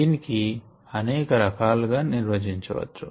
దీనిని అనేక రకాలు గా నిర్వచించవచ్చు